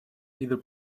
either